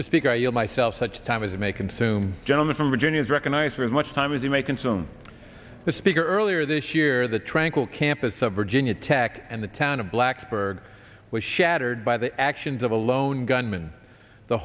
feel myself such time as it may consume gentleman from virginia is recognized as much time as you may consume the speaker earlier this year the tranquil campus of virginia tech and the town of blacksburg was shattered by the actions of a lone gunman the